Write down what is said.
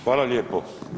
Hvala lijepo.